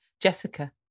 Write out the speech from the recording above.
Jessica